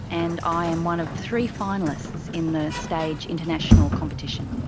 and i am one of three finalists in the stage international competition.